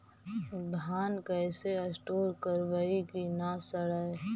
धान कैसे स्टोर करवई कि न सड़ै?